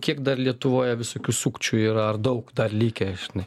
kiek dar lietuvoje visokių sukčių yra ar daug dar likę žinai